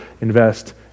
invest